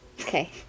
Okay